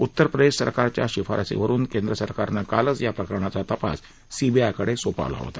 उत्तर प्रदेश सरकारच्या शिफारशीवरुन केंद्र सरकारनं कालच या प्रकरणाचा तपास सीबीआयकडं सोपवला होता